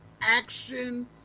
action